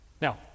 Now